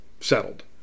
settled